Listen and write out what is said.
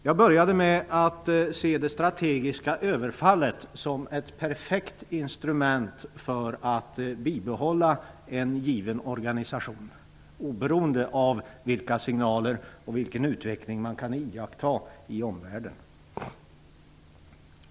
Jag började med att se det strategiska överfallet som ett perfekt instrument för att bibehålla en given organisation oberoende av vilka signaler och vilken utveckling man kan iaktta i omvärlden.